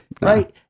Right